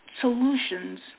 solutions